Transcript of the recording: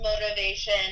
motivation